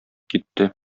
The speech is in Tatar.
китте